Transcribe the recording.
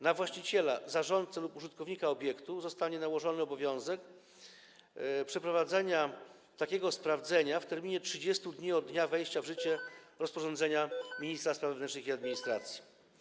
Na właściciela, zarządcę lub użytkownika obiektu zostanie nałożony obowiązek przeprowadzenia takiego sprawdzenia w terminie 30 dni od dnia wejścia w życie rozporządzenia ministra spraw wewnętrznych i administracji.